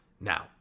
Now